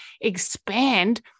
expand